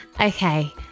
Okay